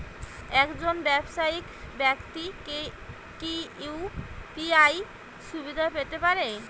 একজন ব্যাবসায়িক ব্যাক্তি কি ইউ.পি.আই সুবিধা পেতে পারে?